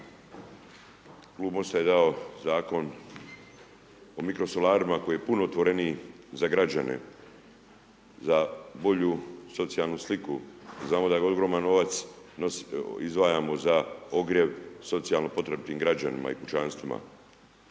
klub MOST-a je dao Zakon o mikrosolarima koji je puno otvoreniji za građane, za bolju socijalnu sliku. Znamo da je ogroman novac izdvajamo za ogrjev, socijalnu potrebu tim građanima i kućanstvima.